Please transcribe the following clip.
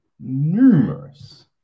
numerous